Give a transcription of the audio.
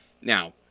Now